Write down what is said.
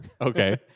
Okay